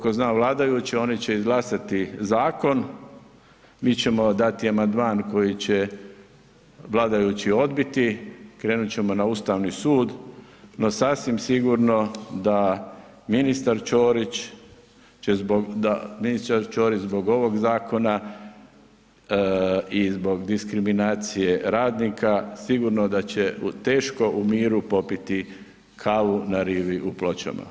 Kolko znam vladajuće, oni će izglasati zakon, mi ćemo dati amandman koji će vladajući odbiti, krenut ćemo na Ustavni sud, no sasvim sigurno da ministar Ćorić će zbog, da ministar Ćorić zbog ovog zakona i zbog diskriminacije radnika sigurno da će teško u miru popiti kavu na rivi u Pločama.